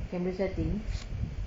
camera setting